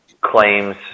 claims